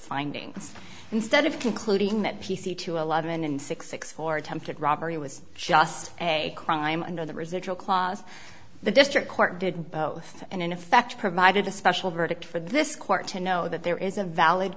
findings instead of concluding that p c to eleven and six six for attempted robbery was just a crime under the residual clause the district court did both and in effect provided a special verdict for this court to know that there is a valid